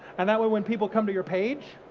and that way, when people come to your page,